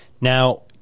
now